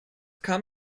kam